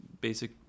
basic